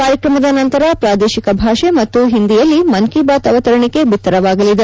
ಕಾರ್ಯಕ್ರಮದ ನಂತರ ಪ್ರಾದೇಶಿಕ ಭಾಷೆ ಮತ್ತು ಹಿಂದಿಯಲ್ಲಿ ಮನ್ ಕಿ ಬಾತ್ ಅವತರಣಿಕೆ ಬಿತ್ತರವಾಗಲಿದೆ